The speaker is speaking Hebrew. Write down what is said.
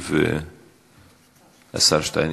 ישיב השר שטייניץ.